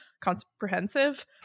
comprehensive